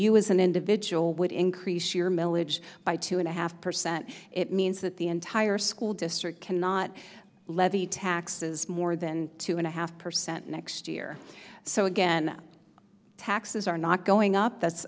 you as an individual would increase your millage by two and a half percent it means that the entire school district cannot levy taxes more than two and a half percent next year so again taxes are not going up that's